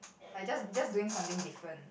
like just just doing something different